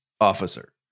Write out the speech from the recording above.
officer